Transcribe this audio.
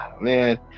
man